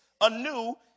anew